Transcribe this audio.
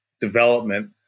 development